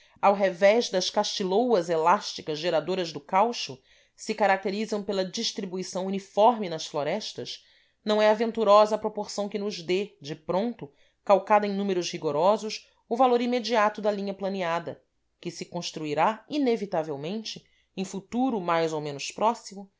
ao revés das castiloas elasticas geradoras do caucho se caraterizam pela distribuição uniforme nas florestas não é aventurosa a proporção que nos dê de pronto calcada em números rigorosos o valor imediato da linha planeada que se construirá inevitavelmente em futuro mais ou menos próximo